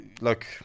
look